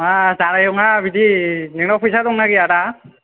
मा जानाय नङा बिदि नोंनाव फैसा दं ना गैया दा